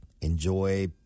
enjoy